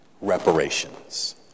reparations